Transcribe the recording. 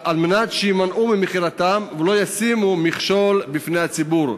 כדי שיימנעו ממכירתם ולא ישימו מכשול בפני הציבור.